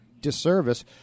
disservice